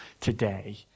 today